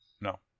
No